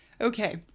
okay